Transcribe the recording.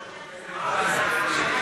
שקט, חברי הכנסת.